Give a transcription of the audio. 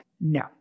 no